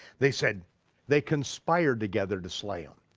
they said they conspired together to slay him.